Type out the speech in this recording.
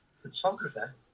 photographer